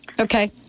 Okay